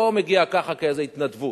זה לא מגיע ככה כאיזו התנדבות.